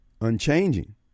unchanging